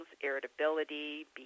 irritability